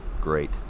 great